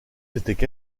s’étaient